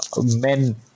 men